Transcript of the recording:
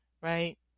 right